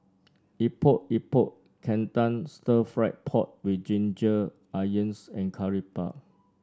Epok Epok Kentang stir fry pork with Ginger Onions and Curry Puff